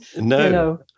No